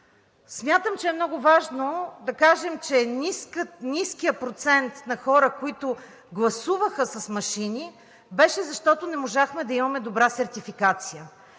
смятам, че е много важно да кажем, че ниският процент на хора, които гласуваха с машини, беше, защото не можахме да имаме добра сертификация.